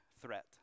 threat